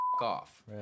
off